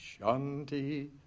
Shanti